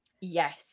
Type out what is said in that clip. Yes